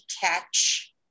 catch